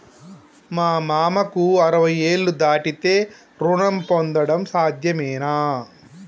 మా మామకు అరవై ఏళ్లు దాటితే రుణం పొందడం సాధ్యమేనా?